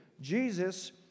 Jesus